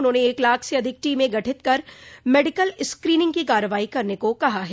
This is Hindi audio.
उन्होंने एक लाख से अधिक टीमें गठित कर मेडिकल स्क्रीनिंग की कार्रवाई करने को कहा है